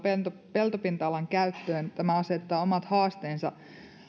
peltopinta alan käyttöön tämä asettaa omat haasteensa